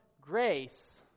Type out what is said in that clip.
grace